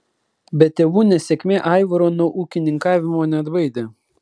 bet tėvų nesėkmė aivaro nuo ūkininkavimo neatbaidė